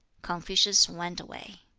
confucius went away.